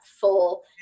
full